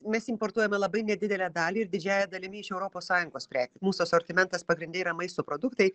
mes importuojame labai nedidelę dalį ir didžiąja dalimi iš europos sąjungos prekių mūsų asortimentas pagrinde yra maisto produktai